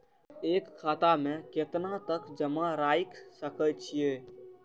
एक खाता में केतना तक जमा राईख सके छिए?